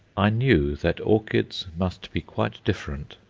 i knew that orchids must be quite different.